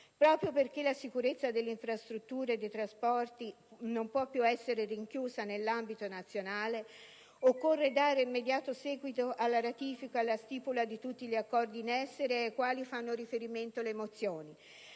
Proprio perché la sicurezza delle infrastrutture dei trasporti non può più essere rinchiusa nell'ambito nazionale, occorre dare immediato seguito alla ratifica e stipula di tutti gli accordi in essere ed ai quali fanno riferimento le mozioni,